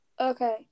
okay